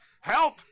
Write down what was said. Help